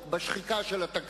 על קיזוז בין חבר הכנסת צרצור